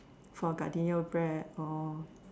for Gardenia bread or